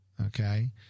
Okay